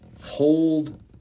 hold